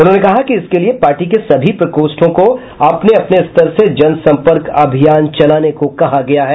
उन्होंने कहा कि इसके लिए पार्टी के सभी प्रकोष्ठों को अपने अपने स्तर से जनसम्पर्क अभियान चलाने को कहा गया है